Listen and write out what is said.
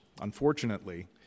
Unfortunately